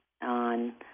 on